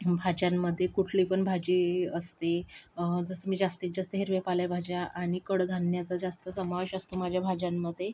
भाज्यांमध्ये कुठली पण भाजी असते जसं मी जास्तीत जास्त हिरव्या पालेभाज्या आणि कडधान्याचा जास्त समावेश असतो माझ्या भाज्यांमध्ये